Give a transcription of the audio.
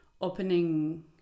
opening